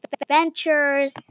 adventures